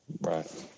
Right